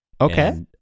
Okay